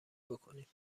بکنیم